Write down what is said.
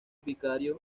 vicario